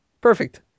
Perfect